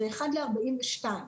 זה 1:42,